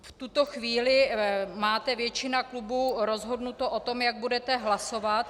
V tuto chvíli máte většina klubů rozhodnuto o tom, jak budete hlasovat.